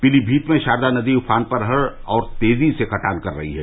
पीलीमीत में शारदा नदी उफान पर है और तेजी से कटान कर रही है